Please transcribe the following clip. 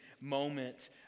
moment